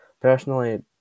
Personally